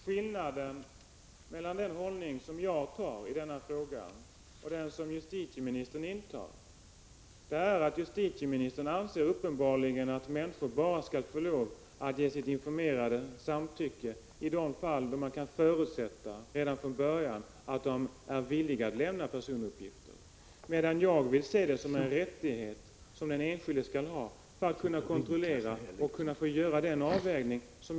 Herr talman! Skillnaden mellan den hållning som jag intar i denna fråga och den som justitieministern intar är att justitieministern uppenbarligen anser att människor skall få lov att ge sitt informerade samtycke bara i de fall då man redan från början kan förutsätta att de är villiga att lämna ut personuppgifter. Jag för min del vill se det som en rättighet som den enskilde skall ha för att kunna kontrollera och göra en avvägning.